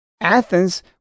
Athens